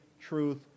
truth